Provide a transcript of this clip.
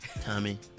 Tommy